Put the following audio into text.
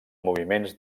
moviments